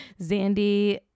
zandy